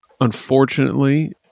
Unfortunately